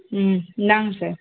ம் இந்தாங்க சார்